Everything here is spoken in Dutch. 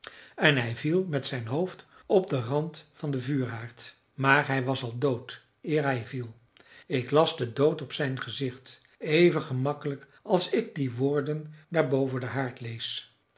en hij viel met zijn hoofd op den rand van den vuurhaard maar hij was al dood eer hij viel ik las den dood op zijn gezicht even gemakkelijk als ik die woorden daar boven den haard lees